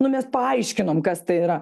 nu mes paaiškinom kas tai yra